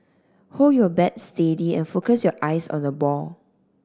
hold your bat steady and focus your eyes on the ball